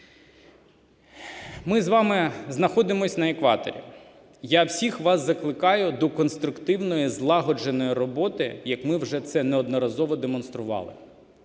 Ми з вами знаходимося на екваторі, я всіх вас закликаю до конструктивної злагодженої роботи, як ми вже це неодноразово демонстрували.